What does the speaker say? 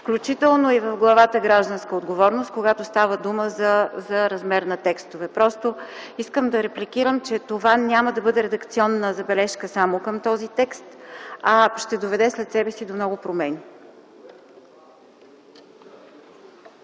включително и в главата „Гражданска отговорност”, когато става дума за размер на глоби. Искам да репликирам, че това няма да бъде редакционна забележка само към този текст, а ще доведе след себе си до много промени.